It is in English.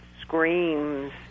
screams